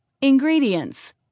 Ingredients